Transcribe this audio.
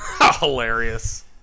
Hilarious